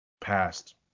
Passed